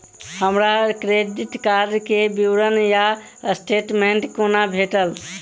हमरा credit card केँ विवरण वा स्टेटमेंट कोना भेटत?